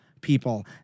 people